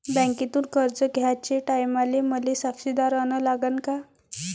बँकेतून कर्ज घ्याचे टायमाले मले साक्षीदार अन लागन का?